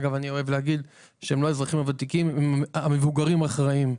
אני אוהב להגיד שהם לא האזרחים הוותיקים אלא המבוגרים האחראיים.